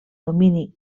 domini